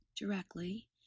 directly